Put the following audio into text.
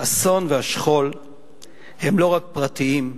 האסון והשכול הם לא פרטיים,